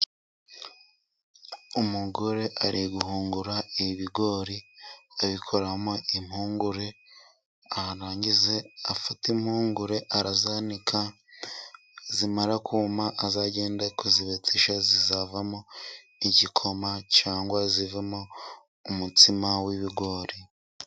Umugore ari guhungura ibigori abikoramo impungure, arangize afate impungure arazanika nizimara kuma azagende kuzibetesha, zizavamo nk'igikoma cyangwa zivemo umutsima w'ibigori.